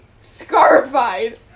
scarified